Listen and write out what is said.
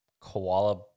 koala